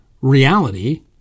reality